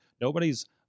nobody's